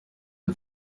the